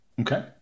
Okay